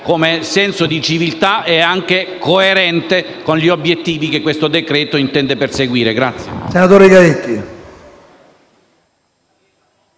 come senso di civiltà e perché coerente con gli obiettivi che questo decreto-legge intende perseguire.